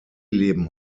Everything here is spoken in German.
leben